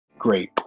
Great